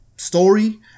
story